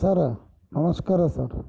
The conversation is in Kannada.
ಸರ್ ನಮಸ್ಕಾರ ಸರ್